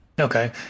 Okay